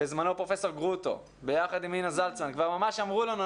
בזמנו פרופ' גרוטו ביחד עם אינה זלצמן ממש אמרו לנו,